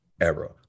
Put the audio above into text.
era